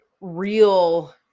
real